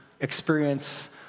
experience